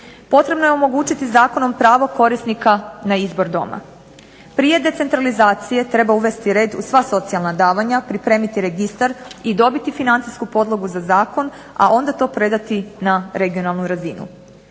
Potrebno je omogućiti zakonom pravo korisnika na izbor doma. Prije decentralizacije treba uvesti red u sva socijalna davanja, pripremiti registar i dobiti financijsku podlogu za zakon, a onda to predati na regionalnu razinu.